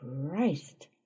Christ